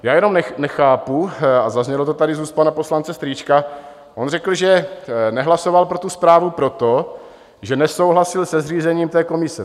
Já jenom nechápu, a zaznělo to tady z úst pana poslance Strýčka: on řekl, že nehlasoval pro tu zprávu proto, že nesouhlasil se zřízením té komise.